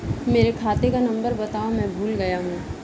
मेरे खाते का नंबर बताओ मैं भूल गया हूं